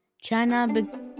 China